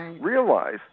Realize